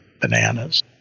bananas